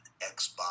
Xbox